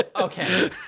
Okay